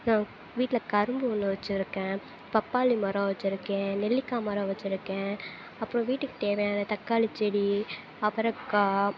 வீட்டில் கரும்பு ஒன்று வெச்சுருக்கேன் பப்பாளி மரம் வெச்சுருக்கேன் நெல்லிக்காய் மரம் வெச்சுருக்கேன் அப்பறம் வீட்டுக் தேவையான தக்காளி செடி அவரைக்கா